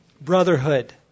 Brotherhood